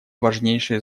важнейшее